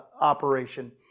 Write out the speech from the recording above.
operation